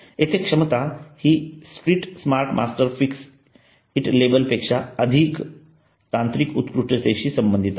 येथे क्षमता हि street smart master fix it label पेक्षा अधिक तांत्रिक उत्कृष्टतेशी संबंधित आहे